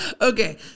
Okay